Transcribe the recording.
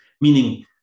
meaning